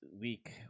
week